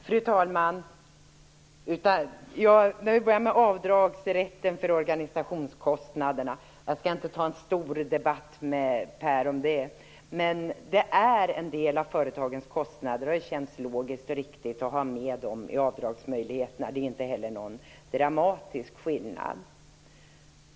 Fru talman! Vi börjar med avdragsrätten för organisationskostnader. Jag skall inte ta någon stor debatt med Per Rosengren om det, men det gäller en del av företagens kostnader, och det har känts logiskt och riktigt att ha med dem i avdragsmöjligheterna. Det är inte heller någon dramatisk skillnad.